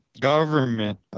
government